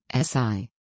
SI